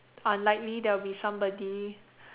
unlikely there will be somebody